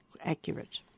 accurate